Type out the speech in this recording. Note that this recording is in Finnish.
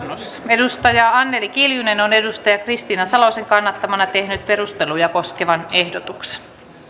täysistunnossa anneli kiljunen on kristiina salosen kannattamana tehnyt perusteluja koskevan ehdotuksen